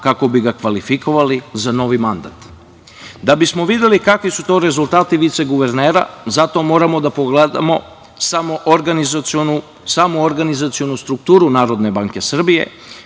kako bi ga kvalifikovali za novi mandat. Da bismo videli kakvi su to rezultati viceguvernera, zato moramo da pogledamo samu organizacionu strukturu NBS, gde vidimo